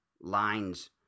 lines